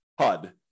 HUD